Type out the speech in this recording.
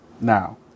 now